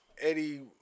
Eddie